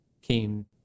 came